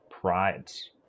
Prides